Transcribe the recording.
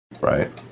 Right